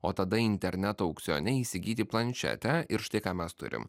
o tada interneto aukcione įsigyti planšetę ir štai ką mes turim